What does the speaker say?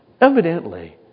Evidently